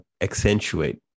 accentuate